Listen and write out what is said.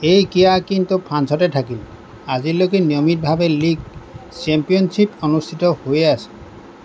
এই ক্ৰীড়া কিন্তু ফ্ৰান্সতে থাকিল আজিলৈকে নিয়মিতভাৱে লীগ চেম্পিয়নশ্বিপ অনুষ্ঠিত হৈয়ে আছে